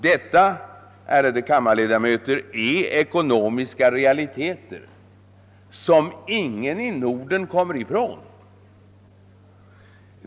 Detta, ärade kammarledamöter, är ekonomiska realiteter som ingen i Norden kan komma ifrån.